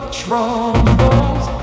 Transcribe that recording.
troubles